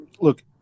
look